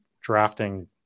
drafting